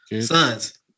sons